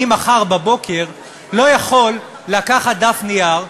אני מחר בבוקר לא יכול לקחת דף נייר,